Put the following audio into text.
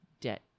debt